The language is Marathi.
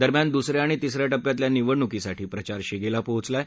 दरम्यान दुसऱ्या आणि तिसऱ्या टप्प्यातल्या निवडणुकीसाठी प्रचार शिगेला पोहचला आहे